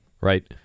right